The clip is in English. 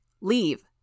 leave